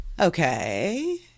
Okay